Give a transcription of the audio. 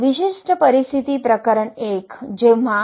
विशिष्ट परिस्थिती प्रकरण I जेव्हा Mm